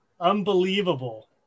Unbelievable